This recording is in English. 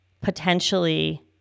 potentially